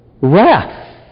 wrath